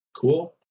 Cool